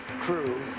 crew